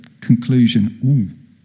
conclusion